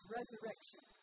resurrection